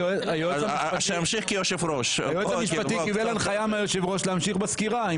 היועץ המשפטי קיבל הנחיה מהיושב ראש להמשיך בסקירה.